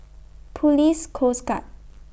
Police Coast Guard